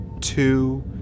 two